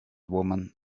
woman